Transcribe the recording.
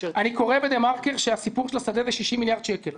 אני קורא בדה מרקר שהסיפור של השדה זה 60 מיליארד שקל,